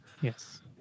Yes